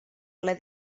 ple